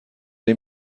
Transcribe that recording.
این